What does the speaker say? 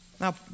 Now